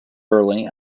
early